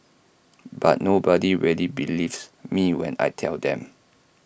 but nobody really believes me when I tell them